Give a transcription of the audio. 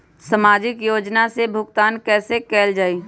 सामाजिक योजना से भुगतान कैसे कयल जाई?